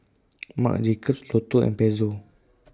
Marc Jacobs Lotto and Pezzo